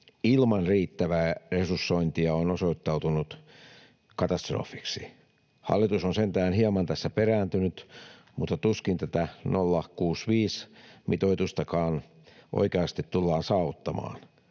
ilman riittävää resursointia on osoittautunut katastrofiksi. Hallitus on sentään hieman tässä perääntynyt, mutta tuskin tätä 0,65:n mitoitustakaan oikeasti tullaan saavuttamaan